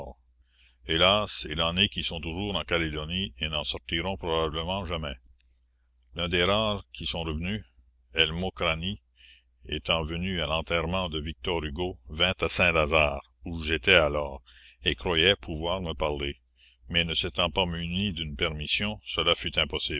hélas il en est qui sont toujours en calédonie et n'en sortiront probablement jamais l'un des rares qui sont revenus el mokrani étant venu à l'enterrement de victor hugo vint à saint-lazare où j'étais alors et croyait pouvoir me parler mais ne s'étant pas muni d'une permission cela fut impossible